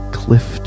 cliff